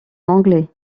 anglais